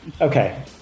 Okay